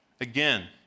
Again